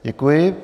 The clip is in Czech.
Děkuji.